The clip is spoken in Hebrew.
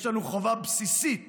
יש לנו חובה בסיסית